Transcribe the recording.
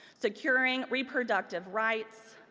securing reproductive rights,